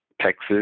Texas